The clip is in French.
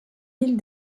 l’île